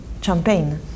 champagne